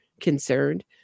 concerned